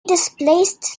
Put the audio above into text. displaced